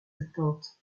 attentes